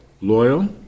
Loyal